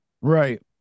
Right